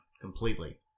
completely